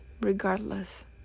regardless